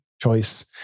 choice